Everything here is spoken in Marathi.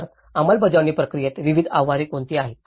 तर अंमलबजावणी प्रक्रियेत विविध आव्हाने कोणती आहेत